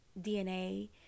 dna